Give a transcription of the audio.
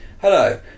Hello